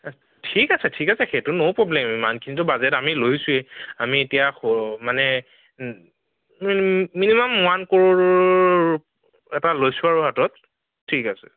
ঠিক আছে ঠিক আছে সেইটো ন' প্ৰব্লেম সিমানখিনিটো বাজেট আমি লৈছোৱেই আমি এতিয়া সৰু মানে মিনি মিনিমাম ওৱান কৰৌৰ এটা লৈছোঁ আৰু হাতত ঠিক আছে